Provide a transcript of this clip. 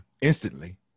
instantly